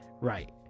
Right